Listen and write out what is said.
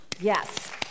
Yes